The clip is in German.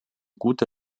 gute